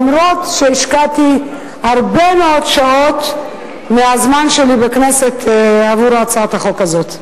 אפילו שהשקעתי הרבה מאוד שעות מזמני בכנסת בהצעת החוק הזאת.